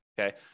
okay